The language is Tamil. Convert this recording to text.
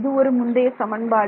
இது ஒரு முந்தைய சமன்பாடு